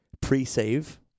Pre-save